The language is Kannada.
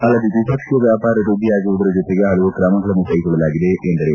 ಅಲ್ಲದೆ ದ್ವಿಪಕ್ಷೀಯ ವ್ಯಾಪಾರ ವೃದ್ವಿಯಾಗುವುದರ ಜೊತೆಗೆ ಹಲವು ಕ್ರಮಗಳನ್ನು ಕೈಗೊಳ್ಳಲಾಗಿದೆ ಎಂದರು